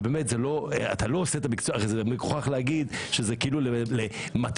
ובאמת זה מגוחך להגיד שזה כאילו למטרות